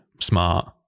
smart